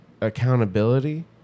accountability